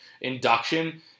induction